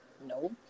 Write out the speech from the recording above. No